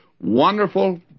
wonderful